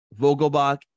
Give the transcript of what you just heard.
Vogelbach